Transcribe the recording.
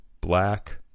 Black